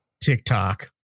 TikTok